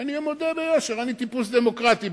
ואני מודה ביושר: אני טיפוס דמוקרטי,